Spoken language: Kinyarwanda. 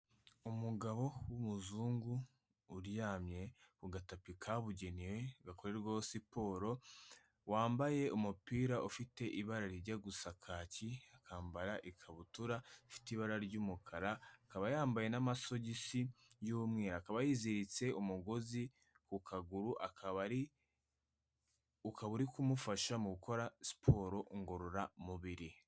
Umugabo w'umuzungu, uryamye ku gatapi kabugenewe, gakorerwaho siporo, wambaye umupira ufite ibara rijya gusa kaki, akambara ikabutura, ifite ibara ry'umukara, akaba yambaye n'amasogisi y'umweru, akaba yiziritse umugozi ku kaguru, ukaba uri kumufasha mu gukora siporo ngororamubiri.